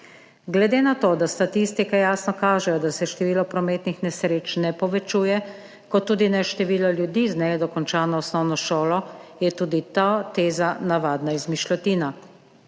Glede na to, da statistike jasno kažejo, da se število prometnih nesreč ne povečuje, prav tako ne število ljudi z nedokončano osnovno šolo, je tudi ta teza navadna izmišljotina.